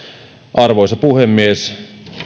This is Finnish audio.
arvoisa puhemies